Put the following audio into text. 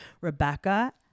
Rebecca